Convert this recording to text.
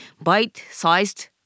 Bite-sized